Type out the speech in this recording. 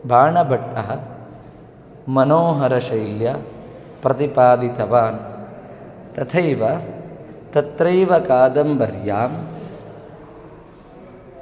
बाणभट्टः मनोहरशैल्या प्रतिपादितवान् तथैव तत्रैव कादम्बर्यां